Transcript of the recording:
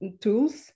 tools